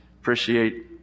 Appreciate